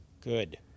Good